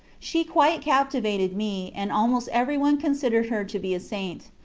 she quite captivated me, and almost every one considered her to be a saint.